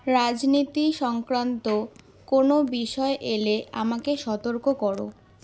রাজনীতি সংক্রান্ত কোনো বিষয় এলে আমাকে সতর্ক করো